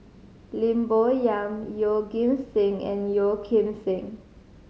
Lim Bo Yam Yeoh Ghim Seng and Yeo Kim Seng